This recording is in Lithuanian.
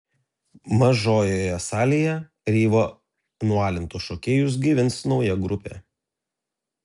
mažojoje salėje reivo nualintus šokėjus gaivins nauja grupė